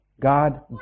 God